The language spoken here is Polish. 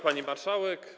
Pani Marszałek!